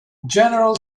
general